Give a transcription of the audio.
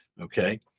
Okay